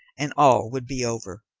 and all would be over.